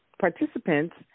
participants